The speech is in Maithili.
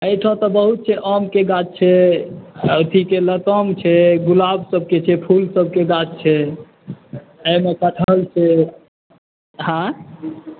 एहिठाम तऽ बहुत छै आमके गाछ छै लताम छै गुलाबसभके छै फूलसभके गाछ छै एहिमे कटहल छै हाँय